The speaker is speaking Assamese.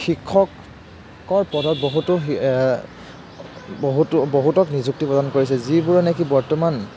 শিক্ষকৰ পদত বহুতো বহুতো বহুতক নিযুক্তি প্ৰদান কৰিছে যিবোৰে নেকি বৰ্তমান